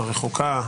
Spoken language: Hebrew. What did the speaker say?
הרחוקה,